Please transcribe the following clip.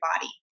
body